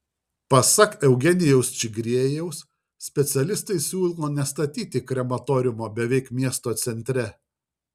pasak eugenijaus čigriejaus specialistai siūlo nestatyti krematoriumo beveik miesto centre